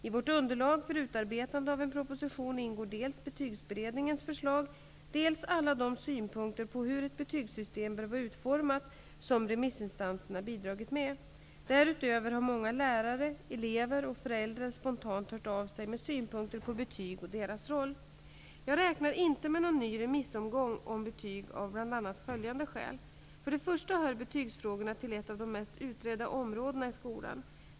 I vårt underlag för utarbetande av en proposition ingår dels Betygsberedningens förslag, dels alla de synpunkter på hur ett betygssystem bör vara utformat som remissinstanserna bidragit med. Därutöver har många lärare, elever och föräldrar spontant hört av sig med synpunkter på betyg och deras roll. Jag räknar inte med någon ny remissomgång om betyg av bl.a. följande skäl. För det första hör betygsfrågorna till ett av de mest utredda områdena inom skolan.